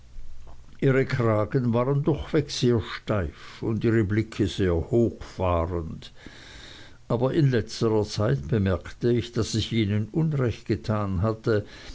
ihre kragen waren durchweg sehr steif und ihre blicke sehr hochfahrend aber in letzterer hinsicht bemerkte ich daß ich ihnen unrecht getan hatte